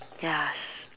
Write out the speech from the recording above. ya s~